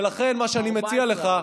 ולכן מה שאני מציע לך,